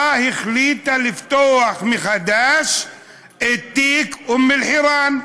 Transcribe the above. החליטה לפתוח מחדש את תיק אום אלחיראן.